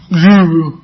zero